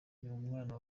umwana